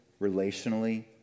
relationally